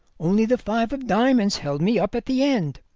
only the five of diamonds held me up at the end.